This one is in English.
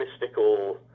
mystical